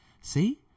See